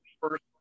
first